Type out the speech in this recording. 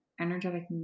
energetic